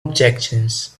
objections